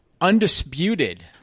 undisputed